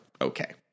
okay